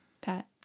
Pat